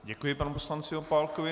Děkuji panu poslanci Opálkovi.